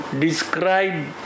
describe